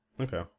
Okay